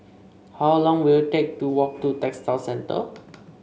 how long will it take to walk to Textile Centre